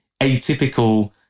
atypical